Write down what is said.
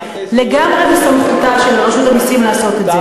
זה לגמרי בסמכותה של רשות המסים לעשות את זה.